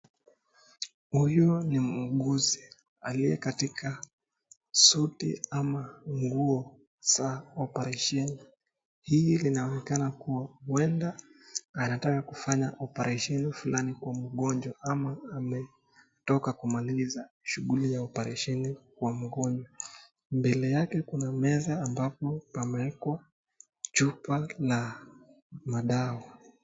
Huyu ni muuzugi aliye katika suti ama nguo za oparesheni. Hii inaonekana kuwa anataka kufanya oparesheni fulani kwa mgonjwa ama ametoka kumaliza shughuli ya oparesheni kwa mgonjwa. Mbele yake kuna meza ambapo kumewekwa chupa la madawa.